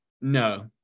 no